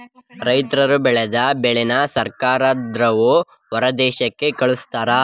ರೈತರ್ರು ಬೆಳದ ಬೆಳೆನ ಸರ್ಕಾರದವ್ರು ಹೊರದೇಶಕ್ಕೆ ಕಳಿಸ್ತಾರೆ